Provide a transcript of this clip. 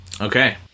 Okay